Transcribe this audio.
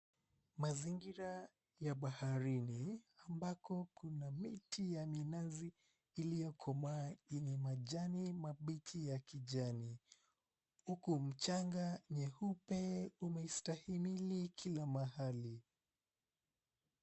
Mazingira ya baharini ambako kuna miti ya minazi iliyokomaa yenye majani mabichi ya kijani, huku mchanga nyeupe umestahimili kila mahali.